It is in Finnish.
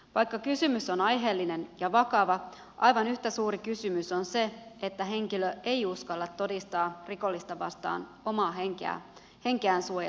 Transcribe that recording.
vaikka kysymys on aiheellinen ja vakava aivan yhtä suuri kysymys on se että omaa henkeään suojellakseen henkilö ei uskalla todistaa rikollista vastaan oma henki ja kenkiään sue